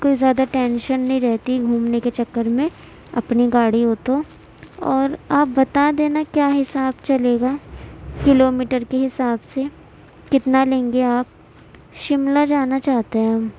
کوئی زیادہ ٹینشن نہیں رہتی گھومنے کے چکر میں اپنی گاڑی ہو تو اور آپ بتا دینا کیا حساب چلے گا کلو میٹر کے حساب سے کتنا لیں گے آپ شملہ جانا چاہتے ہیں ہم